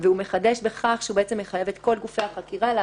זה צריך להיות לפי סעיף 8(1). סעיף 2 נוגע למידע